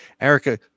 Erica